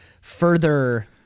further